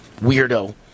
weirdo